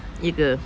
ya ke